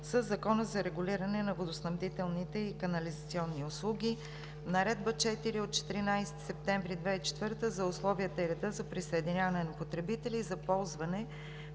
със Закона за регулиране на водоснабдителните и канализационните услуги, Наредба № 4 от 14 септември 2004 г. за условията и реда за присъединяване на потребители и за ползване